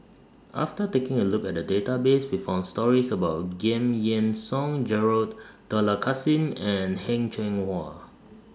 after taking A Look At The Database We found stories about Giam Yean Song Gerald Dollah Kassim and Heng Cheng Hwa